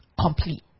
Complete